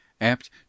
apt